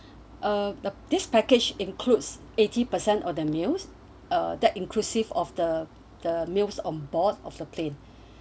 uh the this package includes eighty percent of the meals uh that inclusive of the the meals of board of the plane